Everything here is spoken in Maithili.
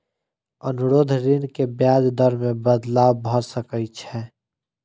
अनुरोध ऋण के ब्याज दर मे बदलाव भ सकै छै